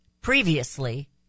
previously